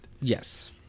Yes